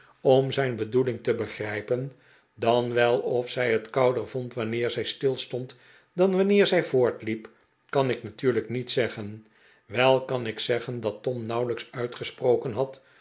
om zijn bedoeling te begrijpen dan wel of zij het kouder vond wanneer zij stilstond dan wanneer zij voortliep kan ik natuurlijk niet zeggen wel kan ik zeggen dat tom nauwelijks uitgesproken had